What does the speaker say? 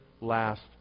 last